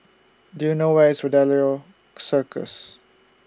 Do YOU know Where IS Fidelio Circus